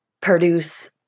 produce